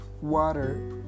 water